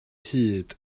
hyd